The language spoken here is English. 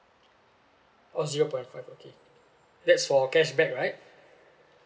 oh zero point five okay that's for cashback right